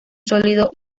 sólido